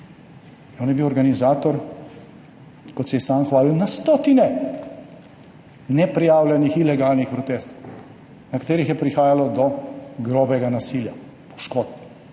On je bil organizator, kot se je sam hvalil, na stotine neprijavljenih ilegalnih protestov, na katerih je prihajalo do grobega nasilja, poškodb.